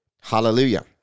Hallelujah